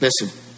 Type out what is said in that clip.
Listen